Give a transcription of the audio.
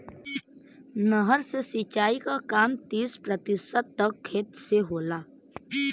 नहर से सिंचाई क काम तीस प्रतिशत तक खेत से होला